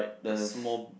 the small